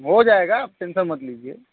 हो जाएगा आप टेंशन मत लिजए